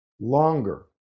longer